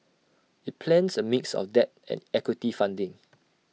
IT plans A mix of debt and equity funding